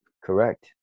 Correct